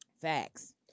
Facts